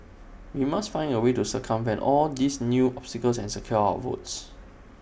we must find A way to circumvent all these new obstacles and secure our votes